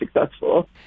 successful